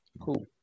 cool